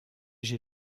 j’ai